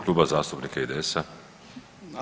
Kluba zastupnika IDS-a.